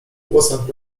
włosach